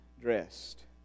dressed